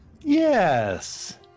Yes